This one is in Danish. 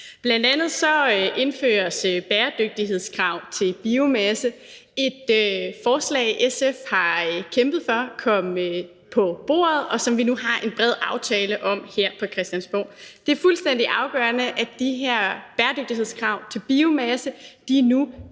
Bl.a. indføres bæredygtighedskrav til biomasse – et forslag, SF har kæmpet for kom på bordet, og som vi nu har en bred aftale om her på Christiansborg. Det er fuldstændig afgørende, at de her bæredygtighedskrav til biomasse nu er på